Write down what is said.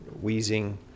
wheezing